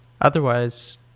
otherwise